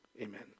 Amen